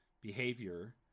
behavior